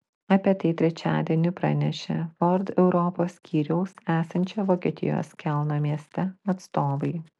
apie tai trečiadienį pranešė ford europos skyriaus esančio vokietijos kelno mieste atstovai